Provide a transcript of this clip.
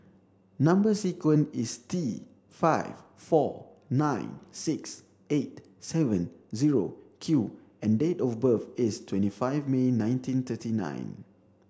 number sequence is T five four nine six eight seven zero Q and date of birth is twenty five May nineteen thirty nine